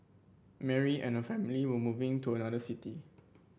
Mary and her family were moving to another city